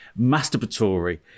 masturbatory